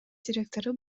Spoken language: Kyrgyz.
директору